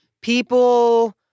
People